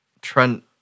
Trent